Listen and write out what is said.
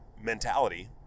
mentality